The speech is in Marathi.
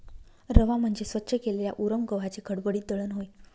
रवा म्हणजे स्वच्छ केलेल्या उरम गव्हाचे खडबडीत दळण होय